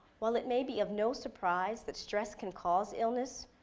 while it may be of no surprise that stress can cause illness,